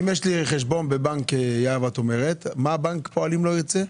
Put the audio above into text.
אם יש לי חשבון בבנק יהב, מה בנק הפועלים לא ירצה?